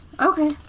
okay